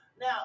Now